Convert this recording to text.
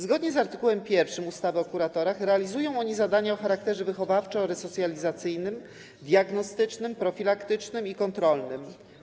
Zgodnie z art. 1 ustawy o kuratorach realizują oni zadania o charakterze wychowawczo-resocjalizacyjnym, diagnostycznym, profilaktycznym i kontrolnym.